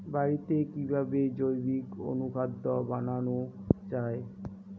বাড়িতে কিভাবে জৈবিক অনুখাদ্য বানানো যায়?